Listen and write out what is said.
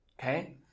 okay